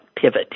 pivot